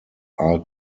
are